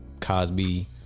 Cosby